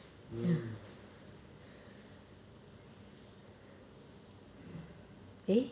mm